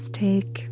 take